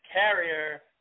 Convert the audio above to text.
Carrier